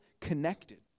connected